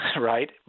right